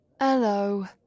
Hello